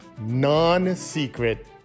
non-secret